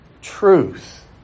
truth